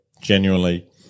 genuinely